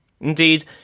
Indeed